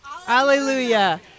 Hallelujah